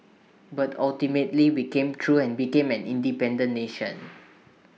but ultimately we came through and became an independent nation